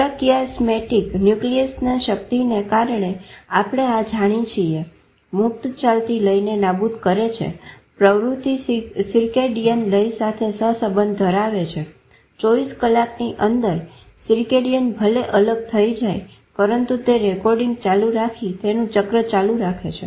suprachiasmatic ન્યુક્લિઅસના ક્ષતીને કારણે આપણે આ જાણીએ છીએ મુક્ત ચાલતી લયને નાબુદ કરે છે પ્રવૃત્તિ સીર્કેડીયન લય સાથે સહસંબંધ ધરાવે છે 24 કલાકની અંદર સીર્કેડીયન ભલે અલગ થઇ જાય પરંતુ તે રેકોર્ડીંગ ચાલુ રાખી તેનું ચક્ર ચાલુ રહે છે